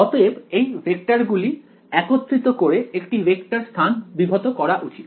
অতএব এই ভেক্টরগুলি একত্রিত করে একটি ভেক্টর স্থান বিঘত করা উচিত